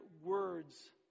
words